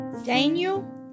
Daniel